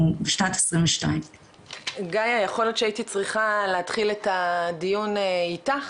בשנת 22. גאיה יכול להיות שהייתי צריכה להתחיל את הדיון איתך,